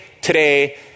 today